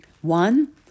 One